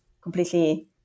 completely